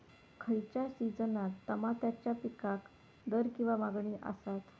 खयच्या सिजनात तमात्याच्या पीकाक दर किंवा मागणी आसता?